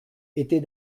était